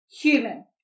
Human